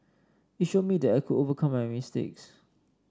it showed me that I could overcome my mistakes